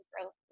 growth